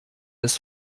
des